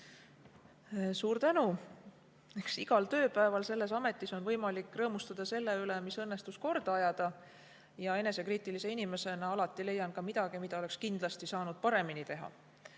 Suur tänu! Eks igal tööpäeval selles ametis on võimalik rõõmustada selle üle, mis õnnestus korda ajada, ja enesekriitilise inimesena alati leian ka midagi, mida oleks kindlasti saanud paremini teha.